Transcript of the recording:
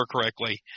correctly